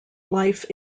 life